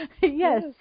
Yes